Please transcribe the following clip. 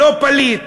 לא פליט,